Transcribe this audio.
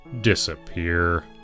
disappear